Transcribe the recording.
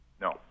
No